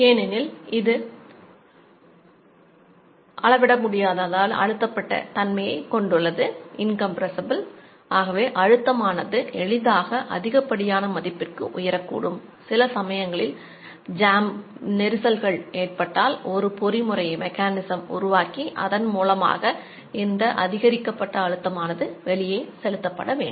ஏனெனில் இது அழுத்தப்பட்ட உருவாக்கி அதன் மூலமாக இந்த அதிகரிக்கப்பட்ட அழுத்தமானது வெளியே செலுத்தப்பட வேண்டும்